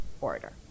order